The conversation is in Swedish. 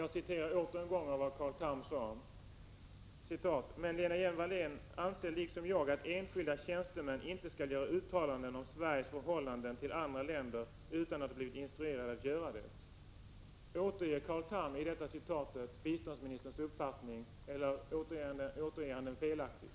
Jag citerar återigen vad Carl Tham sagt: ”Men Lena Hjelm-Wallén anser liksom jag att enskilda tjänstemän inte skall göra uttalanden om Sveriges förhållanden till andra länder utan att de har blivit instruerade att göra det.” Återger Carl Tham här biståndsministerns uppfattning eller är det som står här felaktigt?